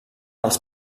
als